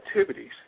activities